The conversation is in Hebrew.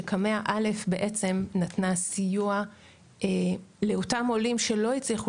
כשקמ"ע א' בעצם נתנה סיוע לאותם עולים שלא הצליחו